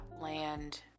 land